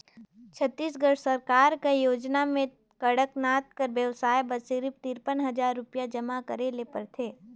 छत्तीसगढ़ सरकार कर योजना में कड़कनाथ कर बेवसाय बर सिरिफ तिरपन हजार रुपिया जमा करे ले परथे